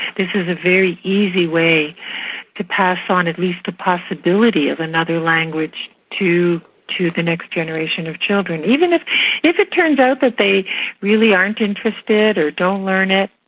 this is a very easy way to pass on at least the possibility of another language to to the next generation of children. even if if it turns out that they really aren't interested or don't learn it,